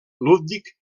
ludwig